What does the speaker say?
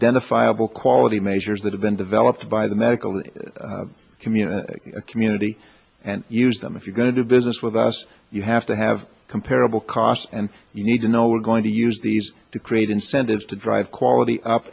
fireball quality measures that have been developed by the medical community community and use them if you're going to do business with us you have to have comparable costs and you need to know we're going to use these to create incentives to drive quality